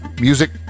music